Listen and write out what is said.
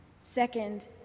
Second